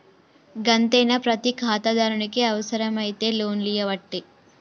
గంతేనా, ప్రతి ఖాతాదారునికి అవుసరమైతే లోన్లియ్యవట్టే